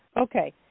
Okay